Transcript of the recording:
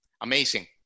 Amazing